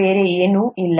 ಬೇರೆ ಏನೂ ಇಲ್ಲ